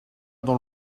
dans